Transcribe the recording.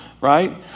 right